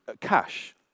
cash